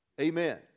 Amen